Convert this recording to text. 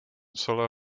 celé